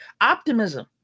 optimism